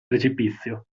precipizio